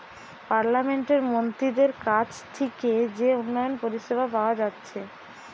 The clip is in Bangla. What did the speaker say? পার্লামেন্টের মন্ত্রীদের কাছ থিকে যে উন্নয়ন পরিষেবা পাওয়া যাচ্ছে